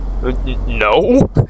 no